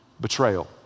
Betrayal